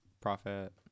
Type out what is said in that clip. profit